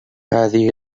هذه